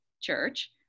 church